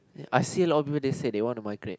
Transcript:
I see a lot of people they say they wanna migrate